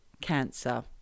cancer